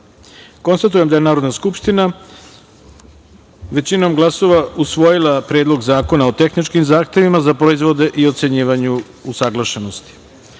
jedan. Konstatujem da je Narodna skupština većinom glasova usvojila Predlog zakona o tehničkim zahtevima za proizvode i ocenjivanje usaglašenosti. Treća